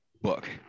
book